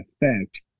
effect